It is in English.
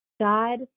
God